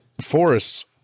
forests